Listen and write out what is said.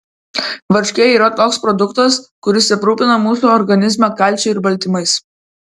varškė yra toks produktas kuris aprūpina mūsų organizmą kalciu ir baltymais